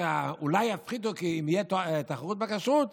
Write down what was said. שאולי יפחתו אם תהיה תחרות בכשרות,